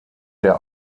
der